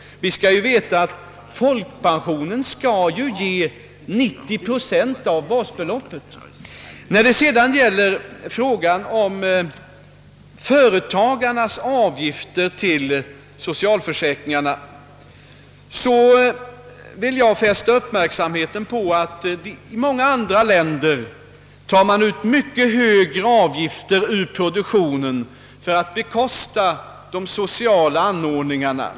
Vi måste ha klart för oss att folkpensionen skall ge 90 procent av basbeloppet. När det sedan gäller frågan om företagarnas avgifter till socialförsäkringar vill jag fästa uppmärksamheten på att man i många andra länder tar ut mycket högre avgifter ur produktionen för att bekosta de sociala anordningarna.